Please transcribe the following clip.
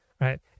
right